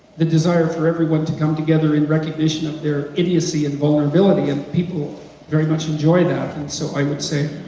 the desire for everyone to come together in recognition of their idiocy and vulnerability and people very much enjoy that. and so i would say,